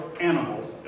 animals